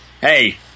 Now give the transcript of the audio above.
hey